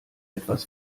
etwas